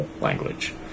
language